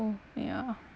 so ya